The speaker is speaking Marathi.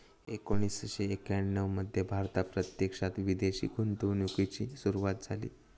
एकोणीसशे एक्याण्णव मध्ये भारतात प्रत्यक्षात विदेशी गुंतवणूकीची सुरूवात झाली